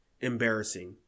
embarrassing